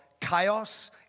chaos